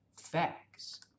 facts